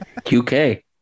QK